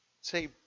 say